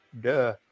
Duh